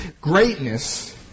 greatness